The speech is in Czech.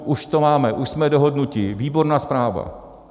Už to máme, už jsme dohodnuti, výborná zpráva!